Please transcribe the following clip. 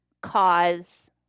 cause